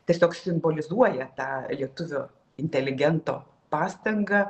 tiesiog simbolizuoja tą lietuvio inteligento pastangą